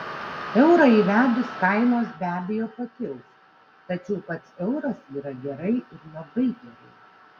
eurą įvedus kainos be abejo pakils tačiau pats euras yra gerai ir labai gerai